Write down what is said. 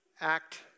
act